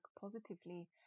positively